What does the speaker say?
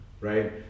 right